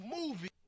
movie